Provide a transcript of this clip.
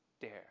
dare